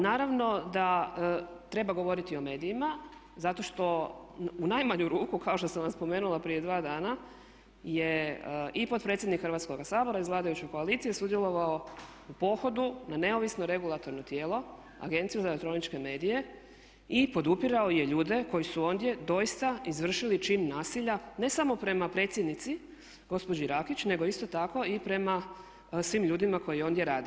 Naravno da treba govoriti o medijima zato što u najmanju ruku kao što sam vam spomenula prije dva dana je i potpredsjednik Hrvatskoga sabora iz vladajuće koalicije sudjelovao u pohodu na neovisno regulatorno tijelo Agenciju za elektroničke medije i podupirao je ljude koji su ondje doista izvršili čin nasilja ne samo prema predsjednici gospođi Rakić nego isto tako i prema svim ljudima koji ondje rade.